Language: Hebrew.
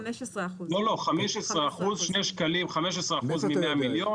15%. לא, 15%, שני שקלים, 15% מ-100 מיליון